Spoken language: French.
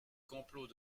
complot